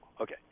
Okay